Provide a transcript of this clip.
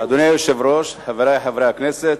אדוני היושב-ראש, חברי חברי הכנסת,